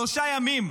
שלושה ימים.